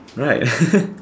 right